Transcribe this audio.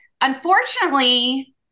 unfortunately